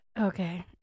Okay